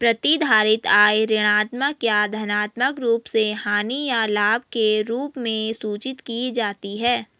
प्रतिधारित आय ऋणात्मक या धनात्मक रूप से हानि या लाभ के रूप में सूचित की जाती है